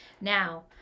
Now